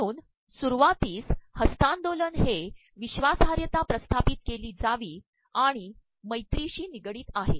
म्हणून सुरवातीस हस्त्तांदोलन हे प्रवश्वासाहयता िस्त्र्ाप्रपत के ली जावी आणण मैरीशी तनगडडत आहे